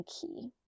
key